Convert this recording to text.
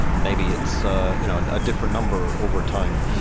maybe it's a you know ah different number overtime,